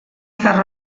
zahar